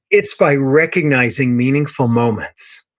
it's by recognizing meaningful moments.